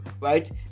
right